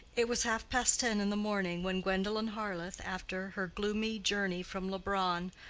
it was half-past ten in the morning when gwendolen harleth, after her gloomy journey from leubronn,